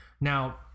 Now